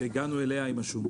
שהגענו אליה עם השום.